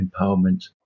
empowerment